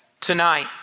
tonight